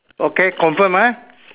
okay confirm ah